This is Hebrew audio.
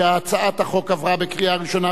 שהצעת החוק עברה בקריאה ראשונה,